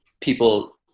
people